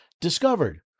discovered